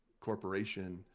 corporation